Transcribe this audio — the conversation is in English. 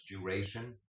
duration